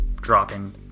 dropping